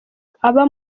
aba